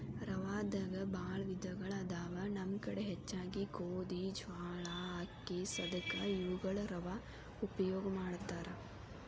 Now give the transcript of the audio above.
ರವಾದಾಗ ಬಾಳ ವಿಧಗಳು ಅದಾವ ನಮ್ಮ ಕಡೆ ಹೆಚ್ಚಾಗಿ ಗೋಧಿ, ಜ್ವಾಳಾ, ಅಕ್ಕಿ, ಸದಕಾ ಇವುಗಳ ರವಾ ಉಪಯೋಗ ಮಾಡತಾರ